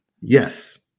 Yes